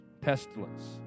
pestilence